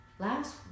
Last